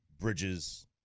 bridges